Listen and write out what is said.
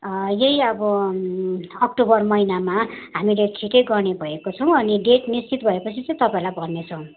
यही अब अक्टोबर महिनामा हामीले छिटै गर्ने भएको छौँ अनि डेट निश्चित भएपछि चाहिँ तपाईँहरूलाई भन्नेछौँ